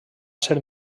ser